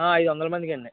ఐదొందల మందికండి